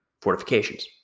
fortifications